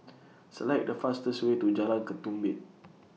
Select The fastest Way to Jalan Ketumbit